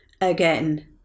again